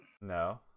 No